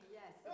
yes